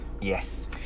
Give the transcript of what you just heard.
Yes